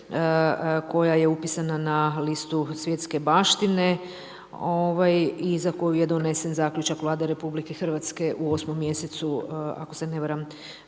koja je upisana na listu svjetske baštine i za koju je donesen zaključak Vlade RH u 8 mjesecu, ako se ne varam